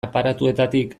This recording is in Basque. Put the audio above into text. aparatuetatik